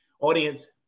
Audience